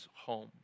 home